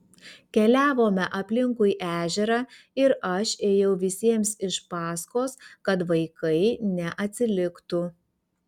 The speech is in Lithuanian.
keliavome aplinkui ežerą ir aš ėjau visiems iš paskos kad vaikai neatsiliktų